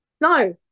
No